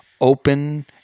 open